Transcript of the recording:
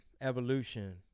evolution